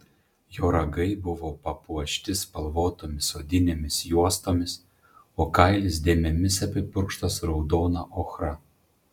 jo ragai buvo papuošti spalvotomis odinėmis juostomis o kailis dėmėmis apipurkštas raudona ochra